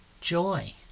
joy